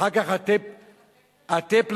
אחר כך "הטיפ לחיים".